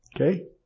Okay